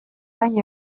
zain